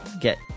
get